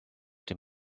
dem